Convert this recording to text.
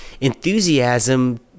enthusiasm